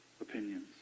opinions